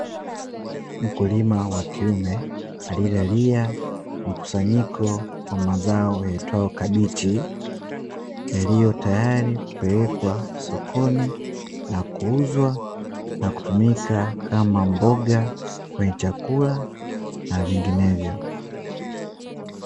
Mkulima wa kiume aliyelalia mkusanyiko wa mazao yaitwayo kabichi, yaliyo tayari kupelekwa sokoni na kuuzwa na kutumika kama mboga kwenye chakula na vinginevyo.